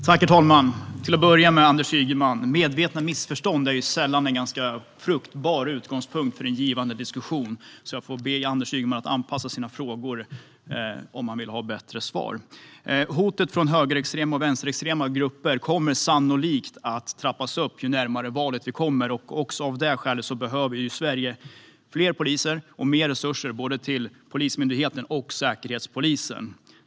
Herr talman! Till att börja med vänder jag mig till Anders Ygeman. Medvetna missförstånd är sällan en fruktbar utgångspunkt för en givande diskussion. Jag får be Anders Ygeman att anpassa sina frågor om han vill ha bättre svar. Hotet från högerextrema och vänsterextrema grupper kommer sannolikt att trappas upp ju närmare valet vi kommer. Också av detta skäl behöver Sverige fler poliser och mer resurser både till Polismyndigheten och till Säkerhetspolisen.